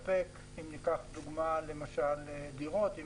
אם ניקח את הדירות לדוגמה,